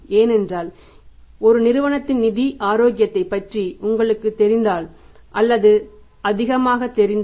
ஏனென்றால் ஒரு நிறுவனத்தின் நிதி ஆரோக்கியத்தைப் பற்றி உங்களுக்குத் தெரிந்தால் அல்லது அதிகமாகத் தெரிந்தால்